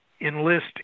enlist